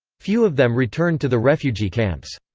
few of them returned to the refugee camps.